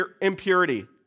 impurity